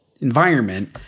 environment